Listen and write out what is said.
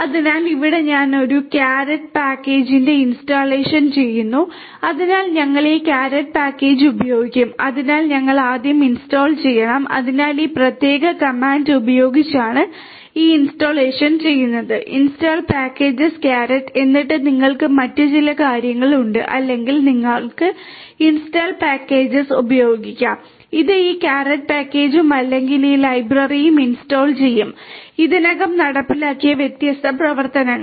അതിനാൽ ഇവിടെ ഞങ്ങൾ ഈ കാരറ്റ് ഉപയോഗിക്കാം ഇത് ഈ കാരറ്റ് പാക്കേജും അല്ലെങ്കിൽ ഈ ലൈബ്രറിയും ഇൻസ്റ്റാൾ ചെയ്യും ഇതിനകം നടപ്പിലാക്കിയ വ്യത്യസ്ത പ്രവർത്തനങ്ങൾ